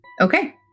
Okay